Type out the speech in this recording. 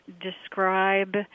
describe